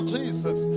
Jesus